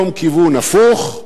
כל יום כיוון הפוך,